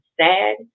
sad